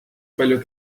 palju